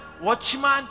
watchman